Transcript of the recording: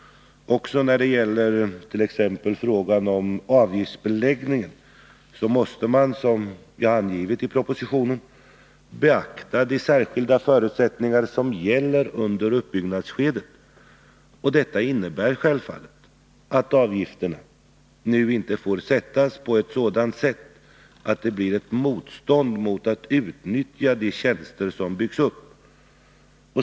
Också när det gäller exempelvis frågan om avgiftsbeläggningen måste man, som jag har angivit i propositionen, beakta de särskilda förutsättningar som gäller under uppbyggnadsskedet. Detta innebär självfallet att avgifterna nu inte får sättas så, att det blir ett motstånd mot att utnyttja de tjänster som har byggts upp.